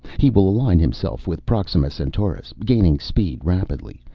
he will align himself with proxima centaurus, gaining speed rapidly.